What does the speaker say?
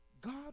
God